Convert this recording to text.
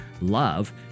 Love